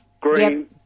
green